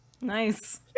Nice